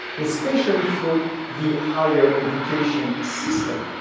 especially through the higher education system.